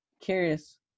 curious